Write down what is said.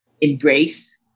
embrace